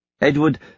Edward